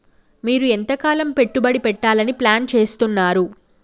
మీరు ఎంతకాలం పెట్టుబడి పెట్టాలని ప్లాన్ చేస్తున్నారు?